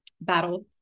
battle